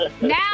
Now